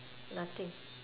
nothing